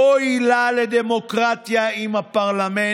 "אוי לה לדמוקרטיה אם הפרלמנט,